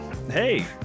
Hey